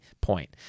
point